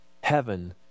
heaven